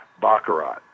Baccarat